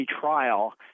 trial